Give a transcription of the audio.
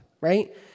right